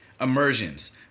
immersions